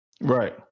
Right